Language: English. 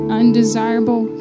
undesirable